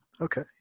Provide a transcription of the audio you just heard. Okay